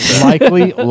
Likely